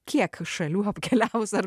kiek šalių apkeliavus ar